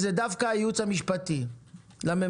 זה דווקא הייעוץ המשפטי לממשלה.